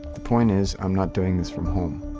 the point is, i'm not doing this from home.